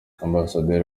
ambasaderi